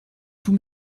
tout